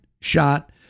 shot